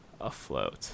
afloat